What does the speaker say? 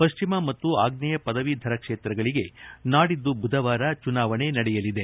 ಪಶ್ಚಿಮ ಮತ್ತು ಆಗ್ನೇಯ ಪದವೀಧರ ಕ್ಷೇತ್ರಗಳಿಗೆ ಇದೇ ನಾಡಿದ್ದು ಬುಧವಾರ ಚುನಾವಣೆ ನಡೆಯಲಿದೆ